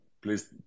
Please